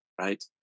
right